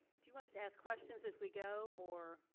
do you want us to ask questions as we go or?